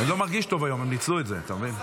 אני לא מרגיש טוב היום, הם ניצלו את זה, אתה מבין?